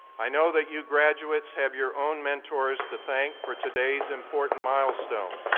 i know that you graduates have your own mentors to thank for today's important milestone,